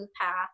path